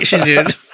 dude